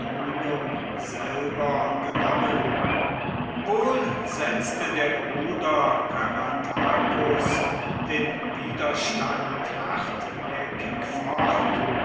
selber genommen wohl setzte der bruder caratacus den widerstand hartnäckig fort